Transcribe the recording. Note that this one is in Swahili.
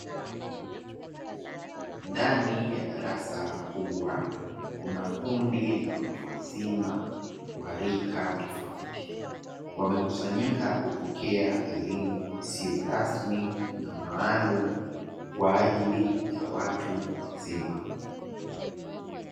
Ndani ya darasa kubwa, kuna kundi la watu wazima wa rika tofauti, wamekusanyika kupokea elimu isiyo rasmi, na maalumu kwa ajili ya watu wazima.